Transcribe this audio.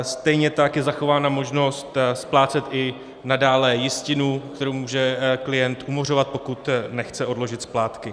Stejně tak je zachována možnost splácet i nadále jistinu, kterou může klient umořovat, pokud nechce odložit splátky.